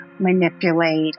manipulate